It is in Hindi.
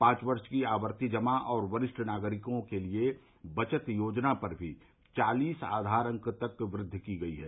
पांच वर्ष की आवर्ती जमा और वरिष्ठ नागरिकों के लिए बचत योजना पर भी चालिस आधार अंक तक वृद्वि की गई है